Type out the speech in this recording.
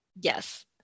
Yes